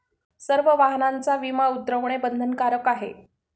सर्व वाहनांचा विमा उतरवणे बंधनकारक आहे